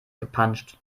gepanscht